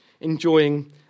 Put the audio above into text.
enjoying